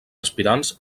aspirants